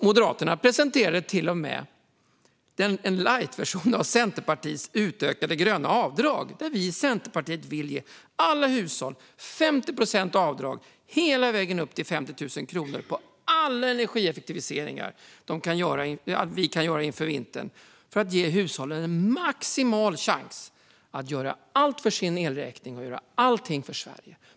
Moderaterna presenterade till och med en lightversion av Centerpartiets utökade gröna avdrag, där vi i Centerpartiet vill ge alla hushåll 50 procent i avdrag hela vägen upp till 50 000 kronor på all energieffektivisering som kan göras inför vintern för att ge hushållen en maximal chans att göra allt för sin elräkning och för Sverige.